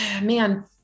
man